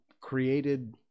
created